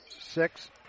six